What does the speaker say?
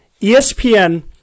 ESPN